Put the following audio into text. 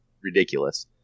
ridiculous